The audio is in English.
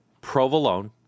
provolone